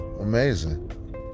amazing